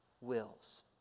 wills